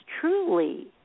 truly